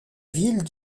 ville